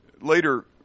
later